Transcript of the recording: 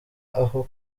aho